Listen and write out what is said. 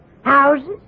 houses